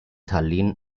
tallinn